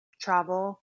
travel